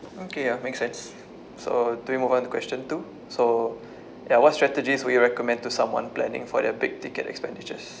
mm okay ya makes sense so do we move on to question two so ya what strategies would you recommend to someone planning for their big ticket expenditures